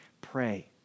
Pray